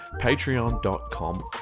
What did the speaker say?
patreon.com